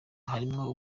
harimwo